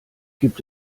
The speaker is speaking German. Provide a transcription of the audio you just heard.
gibt